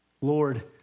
Lord